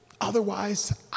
Otherwise